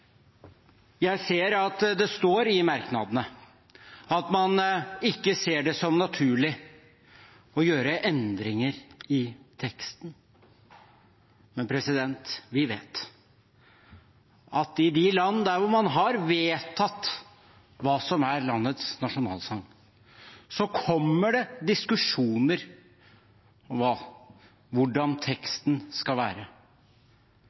Jeg ser det står i merknadene at man ikke ser det som naturlig å gjøre endringer i teksten. Men vi vet at i land der man har vedtatt hva som er landets nasjonalsang, er det diskusjoner om hvordan teksten skal være.